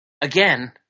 again